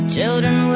Children